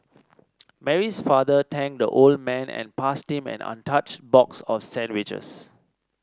Mary's father thanked the old man and passed him an untouched box of sandwiches